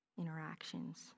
interactions